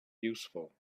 useful